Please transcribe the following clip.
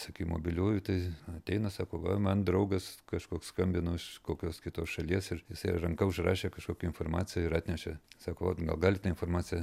sakai mobiliųjų tai ateina sako va man draugas kažkoks skambino iš kokios kitos šalies ir jisai ranka užrašė kažkokią informaciją ir atnešė sako vat gal galit tą informaciją